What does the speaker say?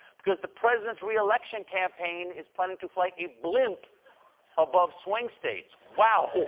because the president's reelection campaign is planning to fly a blimp above swing states. wow.